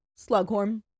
Slughorn